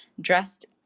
dressed